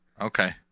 Okay